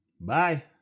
Bye